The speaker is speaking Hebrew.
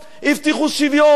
הבטיחו שוויון,